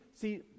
see